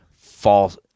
false